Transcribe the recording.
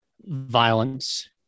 violence